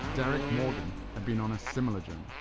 derrick morgan had been on a similar journey.